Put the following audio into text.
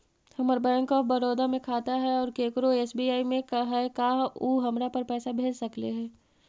हमर bank of Baroda में खाता है और केकरो एस.बी.आई में है का उ हमरा पर पैसा भेज सकले हे?